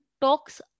talks